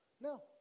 No